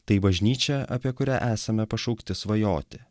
tai bažnyčia apie kurią esame pašaukti svajoti